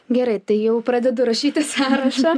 gerai jau pradedu rašyti sąrašą